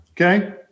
Okay